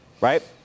Right